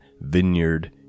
vineyard